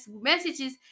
messages